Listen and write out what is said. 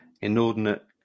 inordinate